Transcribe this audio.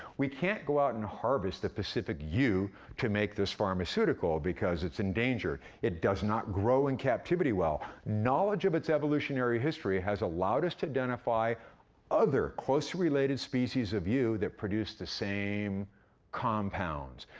we can't go out and harvest the pacific yew to make this pharmaceutical because it's endangered. it does not grow in captivity well. knowledge of its evolutionary history has allowed us to identify other closely related species of yew that produce the same compounds.